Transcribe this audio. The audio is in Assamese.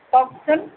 কওকচোন